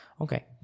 Okay